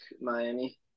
Miami